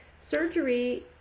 Surgery